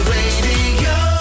Radio